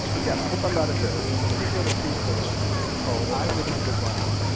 again, i hope i'm not embarrassing him, but he wrote a piece for us called, i remember brown,